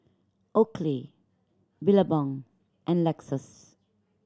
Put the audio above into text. Oakley Billabong and Lexus